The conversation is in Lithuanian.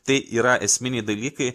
tai yra esminiai dalykai